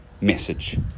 message